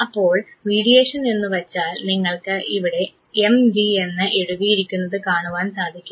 അപ്പോൾ മീഡിയേഷൻ എന്നുവച്ചാൽ നിങ്ങൾക്ക് ഇവിടെ എം വി എന്ന് എഴുതിയിരിക്കുന്നത് കാണുവാൻ സാധിക്കും